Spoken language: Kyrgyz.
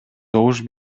добуш